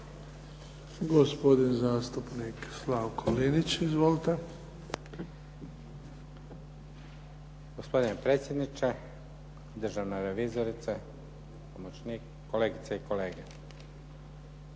Gospodin zastupnik Slavko Linić, izvolite. **Linić, Slavko (SDP)** Gospodine predsjedniče, državna revizorice, pomoćnik, kolegice i kolege.